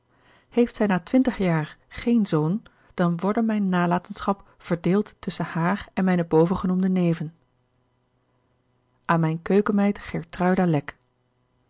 heeft zij na twintig jaar geen zoon dan worde mijne nalatenschap verdeeld tusschen haar en mijne bovengenoemde neven aan mijne keukenmeid